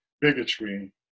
bigotry